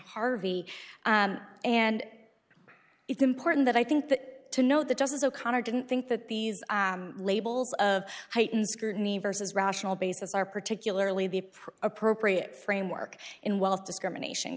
harvey and it's important that i think that to know the justice o'connor didn't think that the labels of heightened scrutiny versus rational basis are particularly the appropriate framework in wealth discrimination